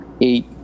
eight